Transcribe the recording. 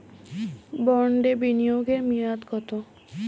বন্ডে বিনিয়োগ এর মেয়াদ কত?